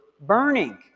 burning